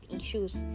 issues